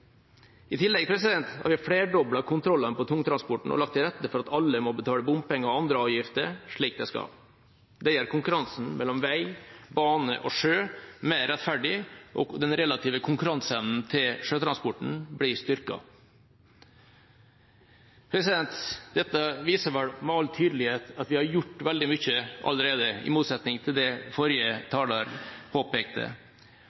I tillegg har vi flerdoblet kontrollene på tungtransporten og lagt til rette for at alle må betale bompenger og andre avgifter, slik de skal. Det gjør konkurransen mellom vei, bane og sjø mer rettferdig, og den relative konkurranseevnen til sjøtransporten blir styrket. Dette viser vel med all tydelighet at vi har gjort veldig mye allerede, i motsetning til det forrige